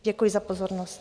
Děkuji za pozornost.